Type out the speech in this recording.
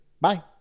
bye